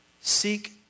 seek